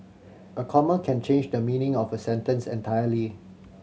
a comma can change the meaning of a sentence entirely